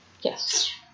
Yes